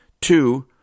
Two